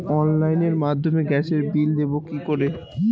অনলাইনের মাধ্যমে গ্যাসের বিল দেবো কি করে?